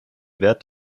wert